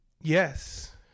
Yes